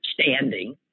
standing